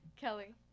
Kelly